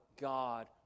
God